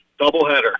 doubleheader